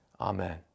amen